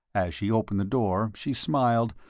as she opened the door, she smiled,